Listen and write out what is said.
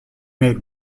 made